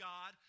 God